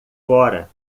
fora